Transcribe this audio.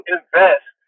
invest